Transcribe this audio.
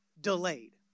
delayed